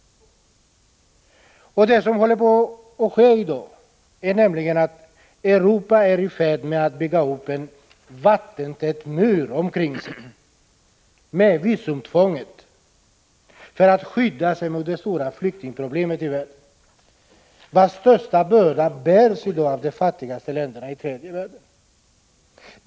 Vad som håller på att ske i dag är nämligen att Europa är i färd med att bygga upp en vattentät mur omkring sig. Med visumtvånget försöker man skydda sig mot det stora flyktingproblemet i världen, vars största börda i dag bärs av de fattigaste länderna i tredje världen.